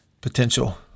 potential